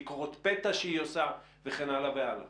ביקורות פתע שהיא עושה וכן הלאה וכן הלאה?